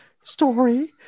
story